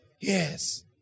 Yes